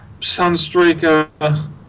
Sunstreaker